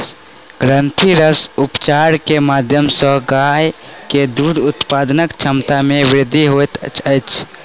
ग्रंथिरस उपचार के माध्यम सॅ गाय के दूध उत्पादनक क्षमता में वृद्धि होइत अछि